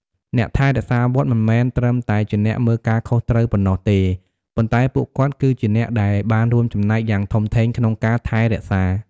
អ្នកថែរក្សាវត្តមិនមែនត្រឹមតែជាអ្នកមើលការខុសត្រូវប៉ុណ្ណោះទេ ប៉ុន្តែពួកគាត់គឺជាអ្នកដែលបានរួមចំណែកយ៉ាងធំធេងក្នុងការថែរក្សា។